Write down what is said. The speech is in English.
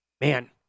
man